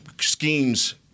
schemes